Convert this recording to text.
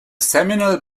seminal